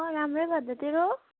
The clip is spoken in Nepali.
अँ राम्रै भयो त तेरो